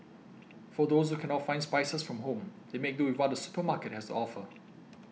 for those who can not find spices from home they make do with what the supermarket has offer